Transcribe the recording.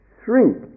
shrink